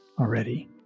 already